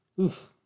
Oof